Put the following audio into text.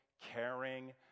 caring